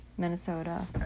Minnesota